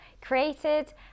created